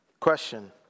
question